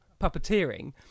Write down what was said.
puppeteering